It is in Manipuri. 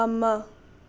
ꯑꯃ